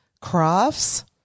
crafts